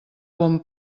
bon